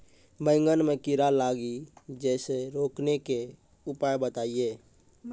बैंगन मे कीड़ा लागि जैसे रोकने के उपाय बताइए?